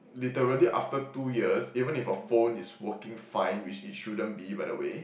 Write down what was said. literally after two years even if a phone is working fine which it it shouldn't be by the way